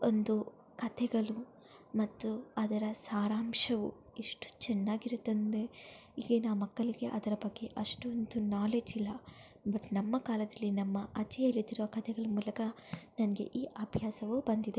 ಒಂದು ಕಥೆಗಳು ಮತ್ತು ಅದರ ಸಾರಾಂಶವು ಎಷ್ಟು ಚೆನ್ನಾಗಿರುತ್ತೆಂದ್ರೆ ಈಗಿನ ಮಕ್ಕಳಿಗೆ ಅದರ ಬಗ್ಗೆ ಅಷ್ಟೊಂದು ನಾಲೆಜಿಲ್ಲ ಬಟ್ ನಮ್ಮ ಕಾಲದಲ್ಲಿ ನಮ್ಮ ಅಜ್ಜಿಯರಿದ್ದರು ಆ ಕಥೆಗಳ ಮೂಲಕ ನನಗೆ ಈ ಅಭ್ಯಾಸವು ಬಂದಿದೆ